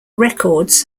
records